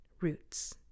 roots